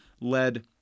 led